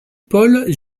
paul